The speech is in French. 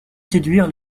séduire